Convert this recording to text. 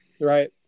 right